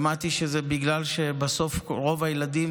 שמעתי שזה בגלל שבסוף רוב הילדים